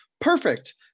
Perfect